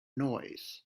noise